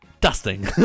Dusting